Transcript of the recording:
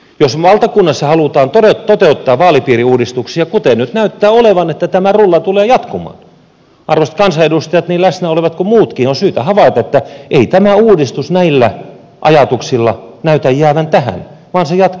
jos valtakunnassa halutaan toteuttaa vaalipiiriuudistuksia kuten nyt näyttää olevan että tämä rulla tulee jatkumaan arvoisat kansanedustajat niin läsnä olevat kuin muutkin on syytä havaita että ei tämä uudistus näillä ajatuksilla näytä jäävän tähän vaan se jatkuu eteenpäin